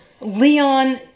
Leon